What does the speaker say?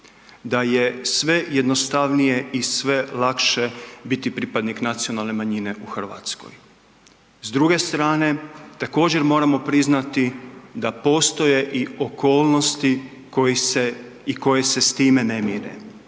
da je sve jednostavnije i sve lakše biti pripadnik nacionalne manjine u RH. S druge strane, također moramo priznati da postoje i okolnosti koji se i koje se s